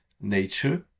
nature